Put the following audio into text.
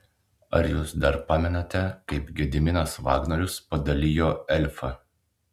ar jūs dar pamenate kaip gediminas vagnorius padalijo elfą